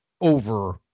over